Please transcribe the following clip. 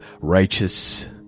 righteous